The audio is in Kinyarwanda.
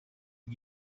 iki